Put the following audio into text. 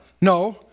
No